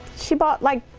she bought like.